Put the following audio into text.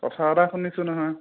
কথা এটা শুনিছোঁ নহয়